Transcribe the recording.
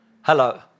Hello